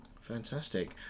Fantastic